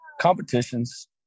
competitions